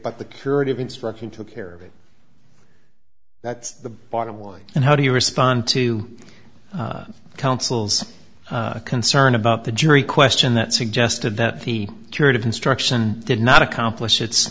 but the curative instruction took care of it that's the bottom line and how do you respond to counsel's concern about the jury question that suggested that he curative instruction did not accomplish its